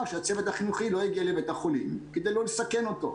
שהצוות החינוכי לא יגיע לבית החולים כדי לא לסכן אותו.